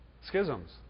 Schisms